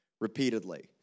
repeatedly